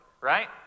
right